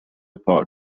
پارک